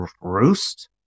roost